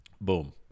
Boom